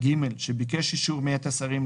שביקש אישור מאת השרים,